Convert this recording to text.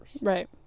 Right